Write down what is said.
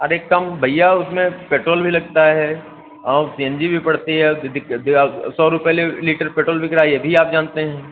अरे कम भैया उसमें पेट्रोल भी लगता है और सी एन जी भी पड़ती है सौ रुपये ल लीटर पेट्रोल बिक रहा है यह भी आप जानते हैं